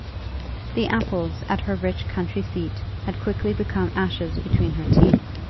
the apples at her rich country-seat had quickly become ashes between her teeth,